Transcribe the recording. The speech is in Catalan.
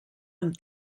amb